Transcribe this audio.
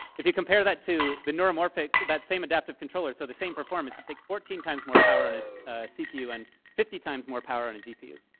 if you compare that to the neuromorphic, that same adaptive controller, so the same performance, it takes fourteen times more power on a cpu and fifty times more power on a gpu,